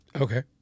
Okay